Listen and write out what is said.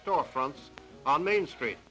storefronts on main street